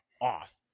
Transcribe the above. off